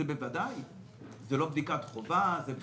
זה לא בדיקת חובה, זה בדיקת רשות.